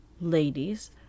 ladies